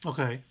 Okay